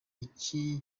iki